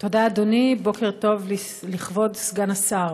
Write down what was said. תודה, אדוני, בוקר טוב לכבוד סגן השר.